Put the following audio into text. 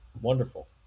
wonderful